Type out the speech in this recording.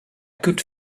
could